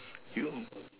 you